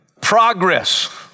Progress